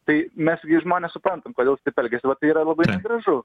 tai mes gi žmonės suprantam kodėl jis taip elgiasi va tai yra labai negražu